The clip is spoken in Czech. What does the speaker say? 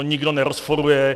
To nikdo nerozporuje.